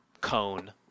cone